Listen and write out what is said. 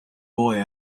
boy